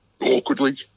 Awkwardly